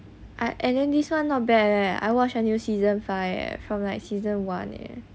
I think this one not bad eh I watched from new season five from like season one leh